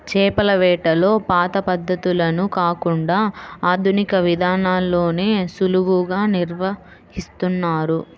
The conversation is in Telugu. చేపల వేటలో పాత పద్ధతులను కాకుండా ఆధునిక విధానాల్లోనే సులువుగా నిర్వహిస్తున్నారు